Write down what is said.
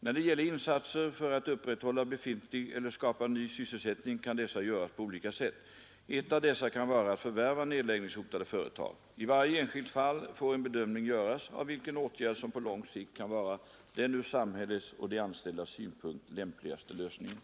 När det gäller insatser för att upprätthålla befintlig eller skapa ny sysselsättning kan dessa göras på olika sätt. En av dessa kan vara att förvärva nedläggningshotade företag. I varje enskilt fall får en bedömning göras av vilken åtgärd som på lång sikt kan vara den ur samhällets och de anställdas synpunkt lämpligaste lösningen.